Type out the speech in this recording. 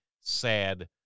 sad